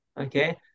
okay